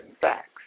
facts